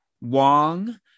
Wong